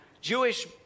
jewish